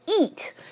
eat